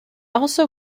also